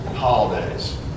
holidays